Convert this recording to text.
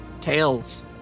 Tails